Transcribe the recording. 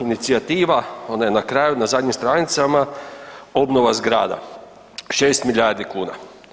Inicijativa, ona je na kraju, na zadnjim stranicama, obnova zgrada, 6 milijardi kuna.